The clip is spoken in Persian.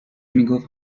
میگفت